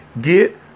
Get